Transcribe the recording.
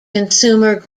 consumer